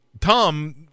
Tom